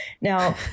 Now